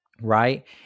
right